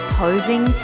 posing